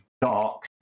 dark